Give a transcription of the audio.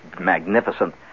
magnificent